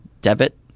debit